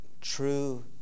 true